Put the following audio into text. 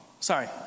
Sorry